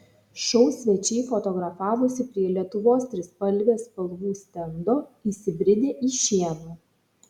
šou svečiai fotografavosi prie lietuvos trispalvės spalvų stendo įsibridę į šieną